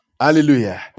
hallelujah